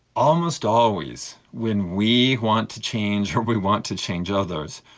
almost always when we want to change or we want to change others,